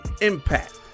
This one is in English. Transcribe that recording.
Impact